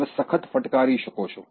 તમે સખત ફટકારી કરી શકો છો